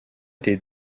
été